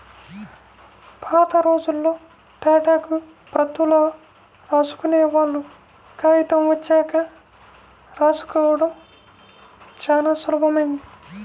పాతరోజుల్లో తాటాకు ప్రతుల్లో రాసుకునేవాళ్ళు, కాగితం వచ్చాక రాసుకోడం చానా సులభమైంది